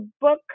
book